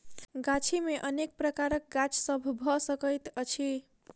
गाछी मे अनेक प्रकारक गाछ सभ भ सकैत अछि